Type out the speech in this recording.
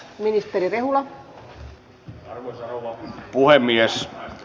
arvoisa rouva puhemies